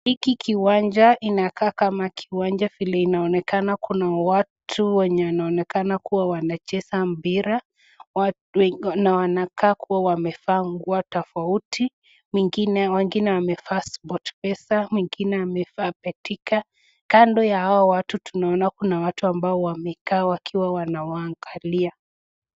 Hiki kiwanja inakaa kama kiwanja, vile inaonekana kuna watu wanaonekana kuwa wanacheza mpira na wanakaa kuwa wamevaa nguo tofauti wengine wamevaa sport pesa, mwingine amevaa betika. Kando ya hao watu tunaona kuna watu ambao wamekaa wakiwa wanawaangalia.